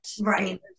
Right